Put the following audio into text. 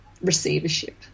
receivership